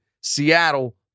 Seattle